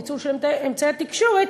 ניצול אמצעי התקשורת,